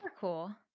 cool